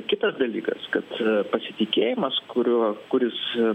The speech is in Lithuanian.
kitas dalykas kad pasitikėjimas kuriuo kuris